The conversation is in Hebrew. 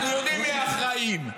אנחנו יודעים מי האחראים.